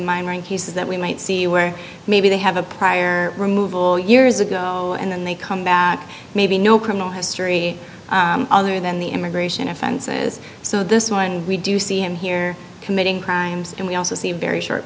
monkeys that we might see where maybe they have a prior removal years ago and then they come back maybe no criminal history other than the immigration offenses so this one we do see him here committing crimes and we also see a very short